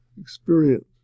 experience